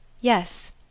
Yes